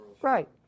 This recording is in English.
Right